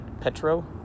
Petro